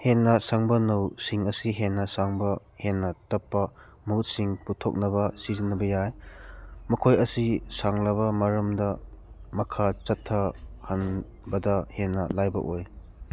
ꯍꯦꯟꯅ ꯁꯥꯡꯕ ꯅꯧꯁꯤꯡ ꯑꯁꯤ ꯍꯦꯟꯅ ꯁꯥꯡꯕ ꯍꯦꯟꯅ ꯇꯞꯄ ꯃꯍꯨꯠꯁꯤꯡ ꯄꯨꯊꯣꯛꯅꯕ ꯁꯤꯖꯤꯟꯅꯕ ꯌꯥꯏ ꯃꯈꯣꯏ ꯑꯁꯤ ꯁꯥꯡꯂꯕ ꯃꯔꯝꯗ ꯃꯈꯥ ꯆꯠꯊꯍꯟꯕꯗ ꯍꯦꯟꯅ ꯂꯥꯏꯕ ꯑꯣꯏ